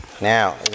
Now